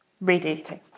Radiating